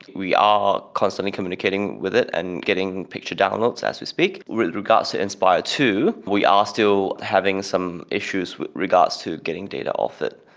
we are constantly communicating with it and getting picture downloads as we speak. with regards to inspire two, we are still having some issues with regards to getting data off it.